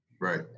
right